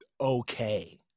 okay